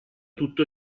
tutto